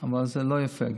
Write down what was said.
לפי החוק, זה לא יפה.